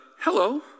hello